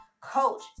Coach